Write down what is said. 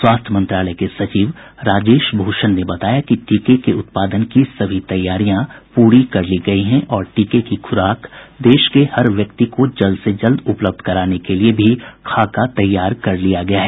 स्वास्थ्य मंत्रालय के सचिव राजेश भूषण ने बताया कि टीके के उत्पादन की सभी तैयारियां पूरी कर ली गई हैं और टीके की खुराक को देश में हर एक व्यक्ति को जल्द से जल्द सुलभ कराने के लिए भी खाका भी तैयार कर लिया गया है